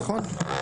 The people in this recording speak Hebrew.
נכון.